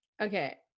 okay